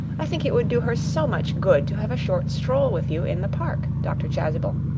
i think it would do her so much good to have a short stroll with you in the park, dr. chasuble.